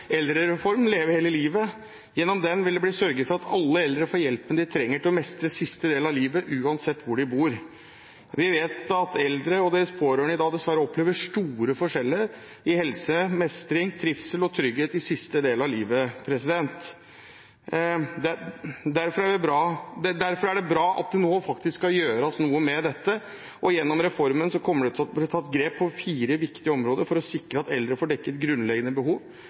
eldrereform – Leve hele livet. Gjennom den vil det bli sørget for at alle eldre får den hjelpen de trenger til å mestre siste del av livet, uansett hvor de bor. Vi vet at eldre og deres pårørende i dag dessverre opplever store forskjeller i helse, mestring, trivsel og trygghet i siste del av livet. Derfor er det bra at det nå faktisk skal gjøres noe med dette. Gjennom reformen kommer det til å bli tatt grep på fire viktige områder for å sikre at eldre får dekket grunnleggende behov